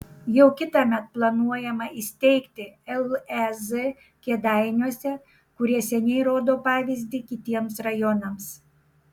jau kitąmet planuojama įsteigti lez kėdainiuose kurie seniai rodo pavyzdį kitiems rajonams